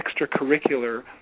extracurricular